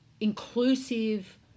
inclusive